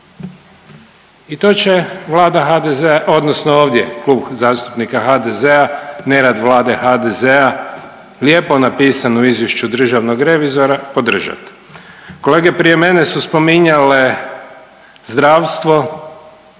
I to će Vlada HDZ-a odnosno ovdje Klub zastupnika HDZ-a, nerad vlade HDZ-a lijepo napisano u izvješću državnog revizora, podržati. Kolege prije mene su spominjale zdravstvo,